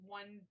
one